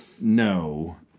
No